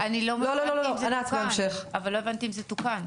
אני רק רוצה להבין אם זה תוקן,